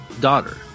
daughter